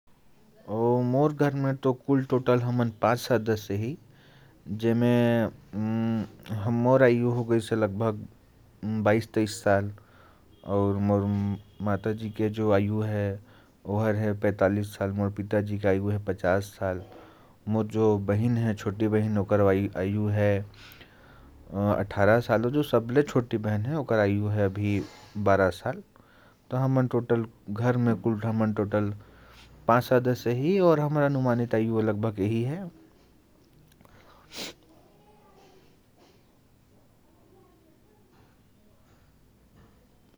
मोर घर में हमन सब मन पांच सदस्य ही। मोर आयु है बाइस साल। माता जी के आयु है पैतालीस साल। मोर पिता जी के आयु है पचास साल। और मोर बहिन के आयु है अठारह साल। आऊ सबले छोटे मोर बहिन के आयु है ग्यारह साल।